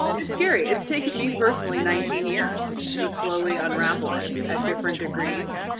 it's scary, it's taken me personally nineteen years to slowly unravel it at different degrees,